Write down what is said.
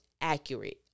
accurate